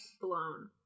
Blown